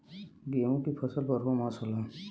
गेहूं की फसल बरहो मास होला